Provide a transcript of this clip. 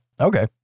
Okay